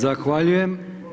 Zahvaljujem.